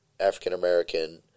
African-American